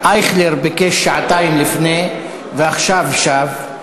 אייכלר ביקש שעתיים לפני, ועכשיו שב.